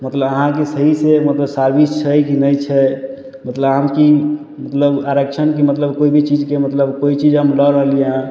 मतलब अहाँके सहीसँ मतलब सर्विस छै कि नहि छै मतलब कि मतलब आरक्षण कि मतलब कोइ भी चीजके मतलब कोइ चीज हम लअ रहलियै हँ